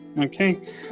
okay